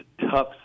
tough